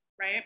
Right